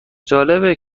جالبه